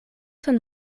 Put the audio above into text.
sen